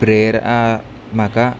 ప్రేరణమాక